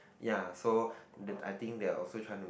ya so I think they're also trying to